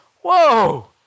Whoa